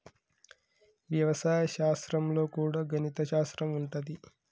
వ్యవసాయ శాస్త్రం లో కూడా గణిత శాస్త్రం ఉంటది